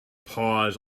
paws